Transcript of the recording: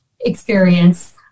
experience